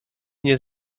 nie